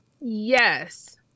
Yes